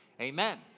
amen